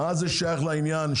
מה זה שייך לעניין,